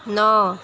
ন